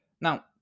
Now